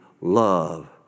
love